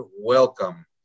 welcome